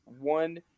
one